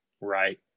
right